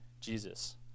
Jesus